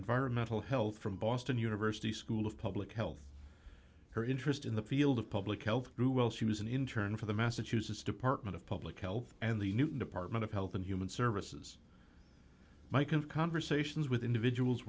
environmental health from boston university's school of public health her interest in the field of public health grew well she was an intern for the massachusetts department of public health and the new department of health and human services mike and conversations with individuals